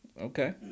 Okay